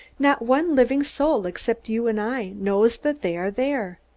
not one living soul, except you and i, knows that they are there.